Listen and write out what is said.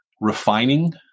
refining